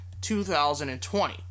2020